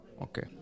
Okay